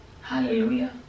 Hallelujah